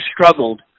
struggled